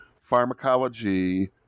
pharmacology